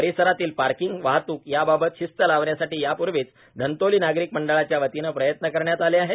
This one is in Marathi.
परिसरातील पार्कीग वाहतूक याबाबतीत शिस्त लावण्यासाठी याप्र्वीच धंतोली नागरिक मंडळाच्या वतीने प्रयत्न करण्यात आले आहेत